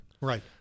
Right